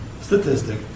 statistic